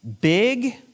big